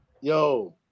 Yo